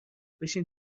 بشین